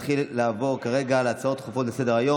אני קובע, כי הצעת חוק למניעת העסקה,